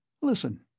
Listen